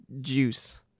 Juice